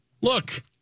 Look